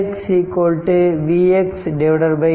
ix Vx 4 6